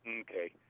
Okay